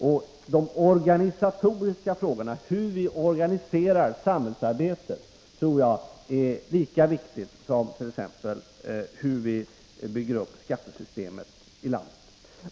Jag tror att frågorna om hur vi organiserar samhällsarbetet är lika viktiga som t.ex. hur vi bygger upp skattesystemet i landet.